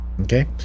Okay